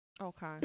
okay